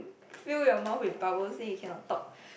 fill your mouth with bubbles then you cannot talk